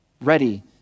Ready